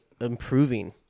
improving